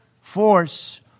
force